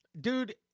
dude